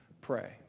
pray